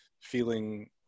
feeling